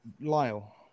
Lyle